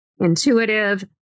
intuitive